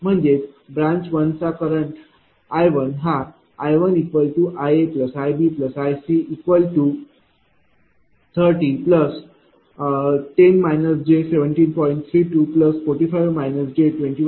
म्हणजेच ब्रांच 1 चा current I1 हा I1iAiBiC3010 j17